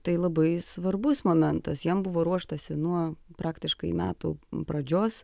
tai labai svarbus momentas jam buvo ruoštasi nuo praktiškai metų pradžios